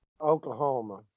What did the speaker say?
Oklahoma